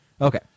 okay